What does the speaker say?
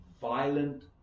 violent